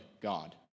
God